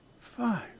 five